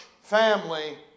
family